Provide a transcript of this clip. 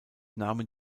nahmen